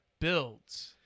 builds